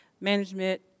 management